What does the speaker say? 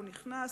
הוא נכנס,